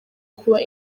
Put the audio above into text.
kuba